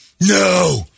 No